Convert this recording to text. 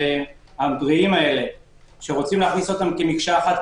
ומהבריאים שרוצים להכניס אותם כמקשה אחת,